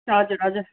हजुर हजुर